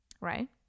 Right